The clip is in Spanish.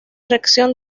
reacción